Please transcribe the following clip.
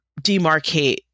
demarcate